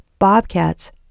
bobcats